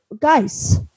guys